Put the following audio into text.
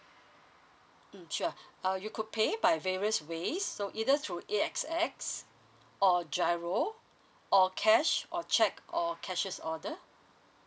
mm sure uh you could pay by various ways so either through A_X_S or G_I_R_O or cash or check or cashier's order